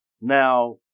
Now